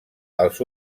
els